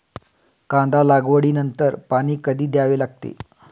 कांदा लागवडी नंतर पाणी कधी द्यावे लागते?